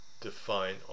define